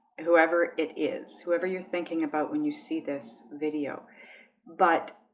whoever it is whoever you're thinking about when you see this video but